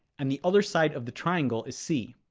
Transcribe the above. and the other side of the triangle is c.